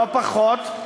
לא פחות.